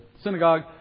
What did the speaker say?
synagogue